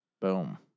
Boom